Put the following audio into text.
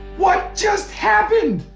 what just happened?